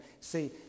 See